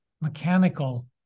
mechanical